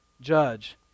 judge